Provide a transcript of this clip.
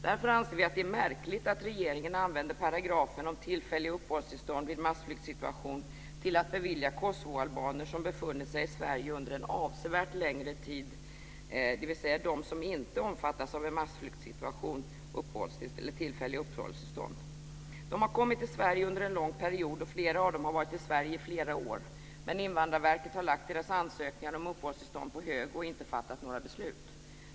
Därför anser vi det märkligt att regeringen använder paragrafen om tillfälliga uppehållstillstånd vid massflyktsituation till att bevilja kosovoalbaner som befunnit sig i Sverige under en avsevärt längre tid, dvs. de som inte omfattas av en massflyktsituation, tillfälligt uppehållstillstånd. De har kommit till Sverige under en lång period och flera av dem har varit i Sverige i flera år, men Invandrarverket har lagt deras ansökningar om uppehållstillstånd på hög och inte fattat några beslut.